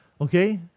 okay